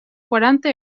quaranta